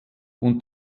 und